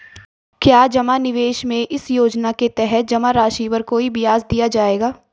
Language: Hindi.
क्या जमा निवेश में इस योजना के तहत जमा राशि पर कोई ब्याज दिया जाएगा?